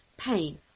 Pain